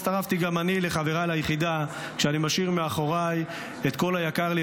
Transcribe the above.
הצטרפתי גם אני לחבריי ליחידה כשאני משאיר אחרי את כל היקר לי,